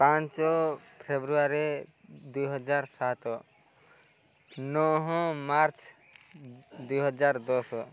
ପାଞ୍ଚ ଫେବୃଆରୀ ଦୁଇହଜାର ସାତ ନଅ ମାର୍ଚ୍ଚ ଦୁଇହଜାର ଦଶ